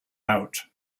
out